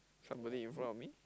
somebody in front of me